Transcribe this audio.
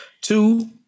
two